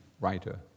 writer